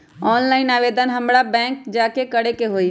Online आवेदन हमरा bank जाके करे के होई?